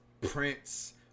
Prince